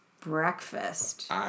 breakfast